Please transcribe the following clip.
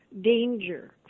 danger